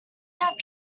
that